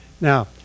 Now